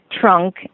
trunk